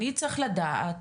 אני צריך לדעת,